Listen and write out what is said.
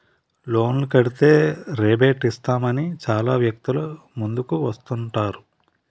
లోన్లు కడితే రేబేట్ ఇస్తామని చాలా వ్యక్తులు ముందుకు వస్తుంటారు